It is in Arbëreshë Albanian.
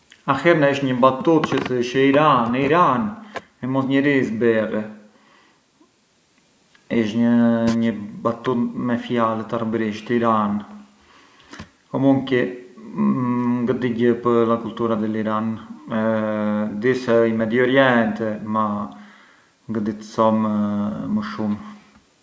Ahierna thëshja një battut çë thëshjë: i ran, i ran e mosnjeri zbylli, ish një battut me fjalët arbërisht, i ran, comunqui ngë di gjë pë’ la cultura dhi l’Iran e di se ë in Medio- Oriente ma ngë di të thom më shumë.